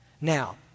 Now